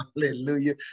Hallelujah